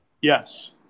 Yes